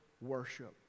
worship